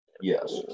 yes